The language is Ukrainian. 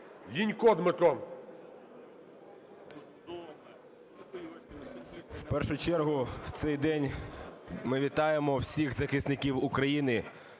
В першу чергу в цей день ми вітаємо всіх захисників України,